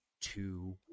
two